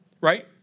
right